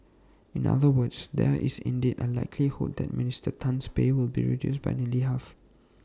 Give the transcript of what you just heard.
in other words there is indeed A likelihood that Minister Tan's pay will be reduced by nearly half